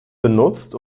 benutzt